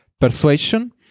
persuasion